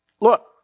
look